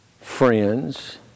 friends